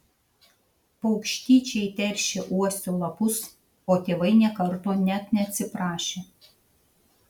paukštyčiai teršė uosio lapus o tėvai nė karto net neatsiprašė